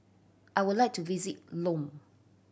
I would like to visit Lome